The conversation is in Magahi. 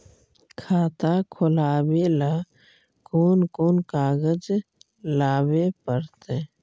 खाता खोलाबे ल कोन कोन कागज लाबे पड़तै?